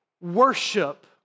Worship